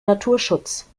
naturschutz